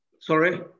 Sorry